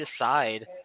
decide